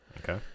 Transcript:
Okay